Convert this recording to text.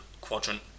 quadrant